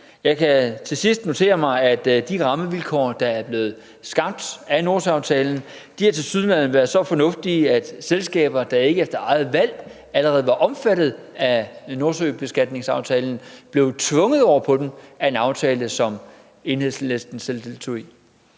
Jeg kan til sidst notere mig, at de rammevilkår, der er blevet skabt af Nordsøaftalen, tilsyneladende har været så fornuftige, at selskaber, der ikke efter eget valg allerede var omfattet af Nordsøbeskatningsaftalen, blev tvunget over på den af en aftale, som Enhedslisten selv deltog i.